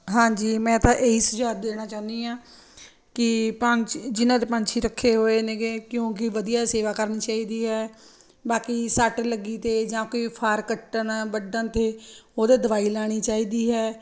ਹਾਂਜੀ ਮੈਂ ਤਾਂ ਇਹ ਹੀ ਸੁਝਾਅ ਦੇਣਾ ਚਾਹੁੰਦੀ ਹਾਂ ਕਿ ਪੰਛੀ ਜਿਨ੍ਹਾਂ ਦੇ ਪੰਛੀ ਰੱਖੇ ਹੋਏ ਨੇਗੇ ਕਿਉਂਕਿ ਵਧੀਆ ਸੇਵਾ ਕਰਨੀ ਚਾਹੀਦੀ ਹੈ ਬਾਕੀ ਸੱਟ ਲੱਗੀ 'ਤੇ ਜਾਂ ਕੋਈ ਫਰ ਕੱਟਣ ਵੱਢਣ 'ਤੇ ਉਹਦੇ ਦਵਾਈ ਲਗਾਉਣੀ ਚਾਹੀਦੀ ਹੈ